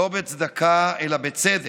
לא בצדקה אלא בצדק,